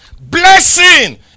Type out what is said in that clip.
Blessing